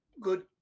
good